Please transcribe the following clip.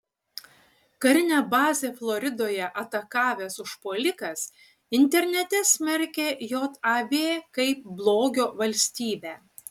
karinę bazę floridoje atakavęs užpuolikas internete smerkė jav kaip blogio valstybę